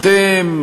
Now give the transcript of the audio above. אתם,